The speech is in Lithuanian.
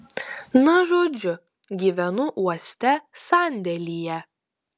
na žodžiu gyvenu uoste sandėlyje